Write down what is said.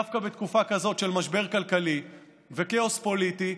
דווקא בתקופה כזאת של משבר כלכלי וכאוס פוליטי,